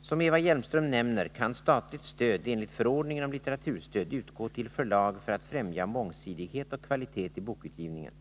Som Eva Hjelmström nämner kan statligt stöd enligt förordningen om litteraturstöd utgå till förlag för att främja mångsidighet och kvalitet i bokutgivningen.